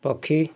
ପକ୍ଷୀ